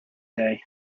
day